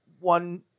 one